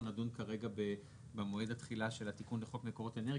לדון כרגע על מועד התחילה של התיקון לחוק מקורות אנרגיה,